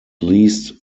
least